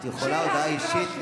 אל תתערבי בדברים שלי.